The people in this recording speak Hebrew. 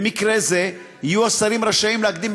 במקרה זה יהיו השרים רשאים להקדים,